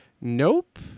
Nope